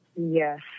Yes